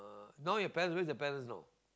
uh now your parents where's your parents know